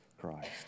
Christ